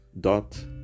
dot